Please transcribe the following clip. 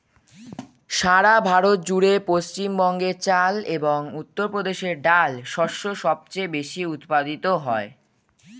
সারা ভারত জুড়ে পশ্চিমবঙ্গে চাল এবং উত্তরপ্রদেশে ডাল শস্য সবচেয়ে বেশী উৎপাদিত হয়